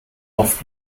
oft